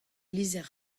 lizher